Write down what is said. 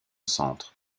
centre